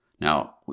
Now